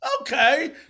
Okay